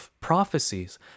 prophecies